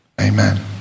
Amen